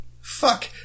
Fuck